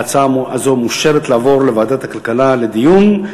ההצעה הזאת מאושרת לעבור לוועדת הכלכלה לדיון.